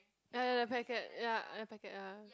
ya ya the packet ya the packet ya